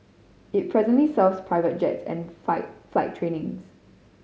it presently serves private jets and flight trainings